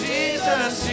Jesus